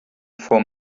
for